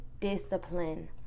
discipline